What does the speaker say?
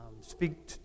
speak